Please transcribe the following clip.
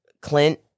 Clint